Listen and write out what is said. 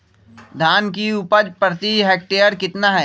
धान की उपज प्रति हेक्टेयर कितना है?